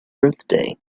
birthday